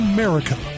America